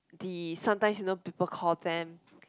the sometimes you know people call them